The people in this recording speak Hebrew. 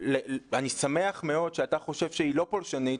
אני שמח מאוד שאתה חושב שהיא לא פולשנית,